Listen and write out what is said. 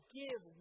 give